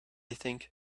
think